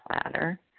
platter